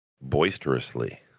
boisterously